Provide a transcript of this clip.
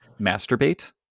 masturbate